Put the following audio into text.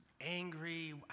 angry